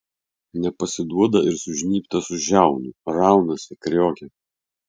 nepasiduoda ir sužnybtas už žiaunų raunasi kriokia